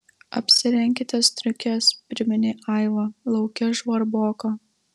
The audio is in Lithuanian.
apsirenkite striukes priminė aiva lauke žvarboka